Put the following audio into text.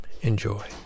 Enjoy